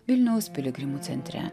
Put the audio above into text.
vilniaus piligrimų centre